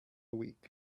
week